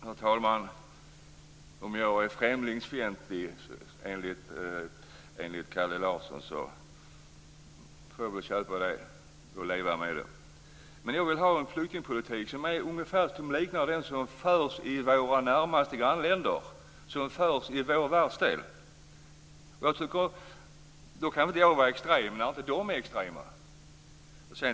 Herr talman! Om jag är främlingsfientlig, enligt Kalle Larsson, så får jag väl leva med det. Jag vill ha en flyktingpolitik som liknar den som förs i våra närmaste grannländer, som förs i vår världsdel. Jag kan väl inte vara extrem om inte de är extrema.